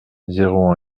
zéro